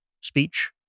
speech